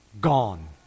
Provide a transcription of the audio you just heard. gone